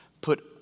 put